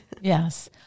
yes